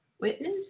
witness